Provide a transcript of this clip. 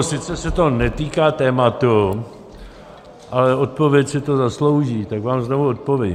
Sice se to netýká tématu, ale odpověď si to zaslouží, tak vám znovu odpovím.